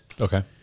Okay